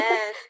Yes